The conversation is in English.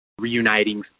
reuniting